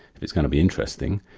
it's going to be interesting,